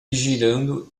girando